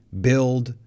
build